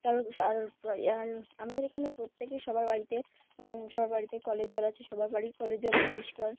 কারো আর আর আমাদের এখানে প্রত্যেকেই সবার বাড়িতে সবার বাড়িতে কলের জল আছে সবার বাড়ি কলের জল পরিষ্কার